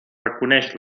reconeix